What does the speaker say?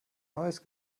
neues